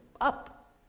up